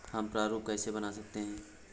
हम प्रारूप कैसे बना सकते हैं?